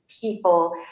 people